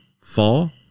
fall